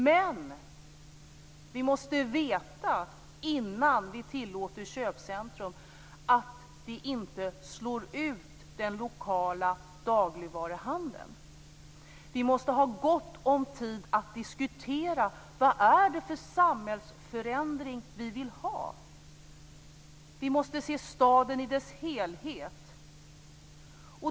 Men vi måste veta, innan vi tillåter köpcentrum, att vi inte slår ut den lokala dagligvaruhandeln. Vi måste ha gott om tid att diskutera vad det är för samhällsförändring vi vill ha. Vi måste se staden i dess helhet.